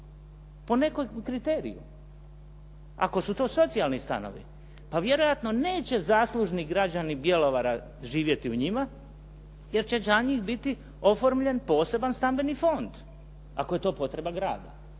po nekakvom kriteriju. Ako su to socijalni stanovi pa vjerojatno neće zaslužni građani Bjelovara živjeti u njima jer će za njih biti oformljen poseban stambeni fond ako je to potreba grada.